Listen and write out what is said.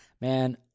Man